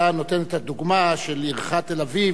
אתה נותן את הדוגמה של עירך תל-אביב.